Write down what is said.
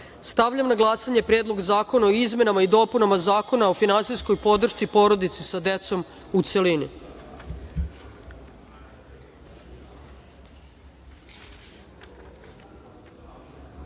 zakona. Stavljam na glasanje Predlog zakona o izmenama i dopunama Zakona o finansijskoj podršci porodici sa decom, u